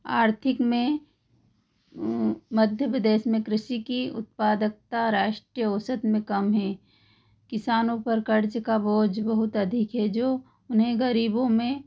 आर्थिक में मध्य प्रदेश में कृषि की उत्पादकता राष्ट्रीय औसत में कम है किसानों पर कर्ज का बोझ बहुत अधिक है जो उन्हें गरीबों में